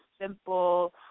simple